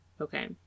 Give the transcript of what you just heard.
Okay